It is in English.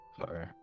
Sorry